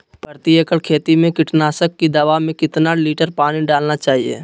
प्रति एकड़ खेती में कीटनाशक की दवा में कितना लीटर पानी डालना चाइए?